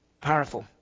powerful